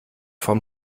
vom